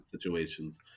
situations